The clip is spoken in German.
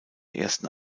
ersten